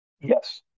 Yes